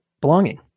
belonging